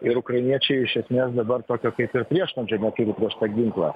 ir ukrainiečiai iš esmės dabar tokio kaip ir priešnuodžio neturi prieš ginklą